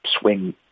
swing